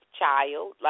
child